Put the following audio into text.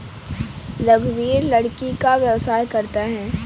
रघुवीर लकड़ी का व्यवसाय करता है